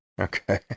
Okay